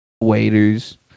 waiters